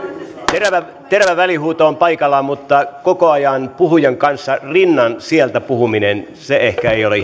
terävä terävä välihuuto on paikallaan mutta koko ajan puhujan kanssa rinnan sieltä puhuminen ei ole